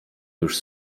już